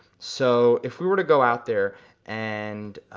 so if we were to go out there and,